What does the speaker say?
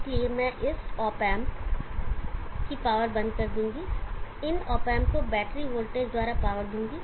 इसलिए मैं इस ऑप एंप की पावर बंद कर दूंगा इन ऑप एंप को बैटरी वोल्टेज द्वारा पावर दूंगा